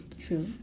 True